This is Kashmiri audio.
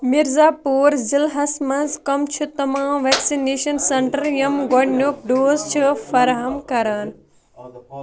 مِرزا پوٗر ضِلعس مَنٛز کم چھِ تمام ویکسِنیٚشن سینٹر یِم گۄڈنیُک ڈوز چھِ فراہَم کران